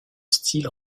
style